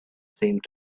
seemed